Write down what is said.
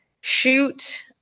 shoot